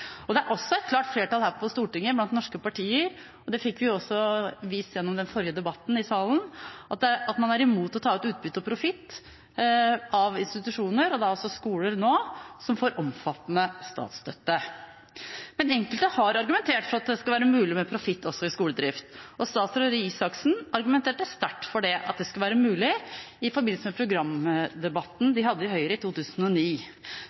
fikk vi også vist gjennom den forrige debatten i salen – som er imot å ta ut utbytte og profitt av institusjoner, og nå gjelder det altså skoler, som får omfattende statsstøtte. Enkelte har argumentert for at det skal være mulig med profitt også i skoledrift. Statsråd Røe Isaksen argumenterte sterkt for at det skulle være mulig, i forbindelse med programdebatten de hadde i Høyre i 2009.